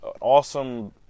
awesome